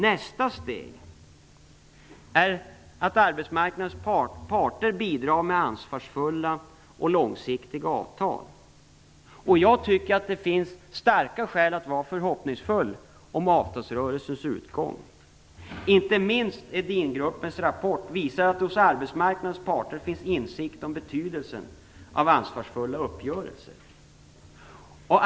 Nästa steg är att arbetsmarknadens parter bidrar med ansvarsfulla och långsiktiga avtal. Jag tycker att det finns starka skäl att vara förhoppningsfull om avtalsrörelsens utgång. Inte minst Edingruppens rapport visar att det hos arbetsmarknadens parter finns insikt om betydelsen av ansvarsfulla uppgörelser.